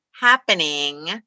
happening